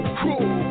cool